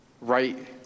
right